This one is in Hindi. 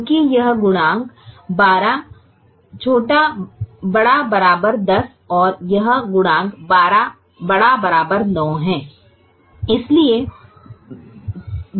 क्योंकि यह गुणांक 12 ≥ 10 और यह गुणांक 12 ≥ 9 है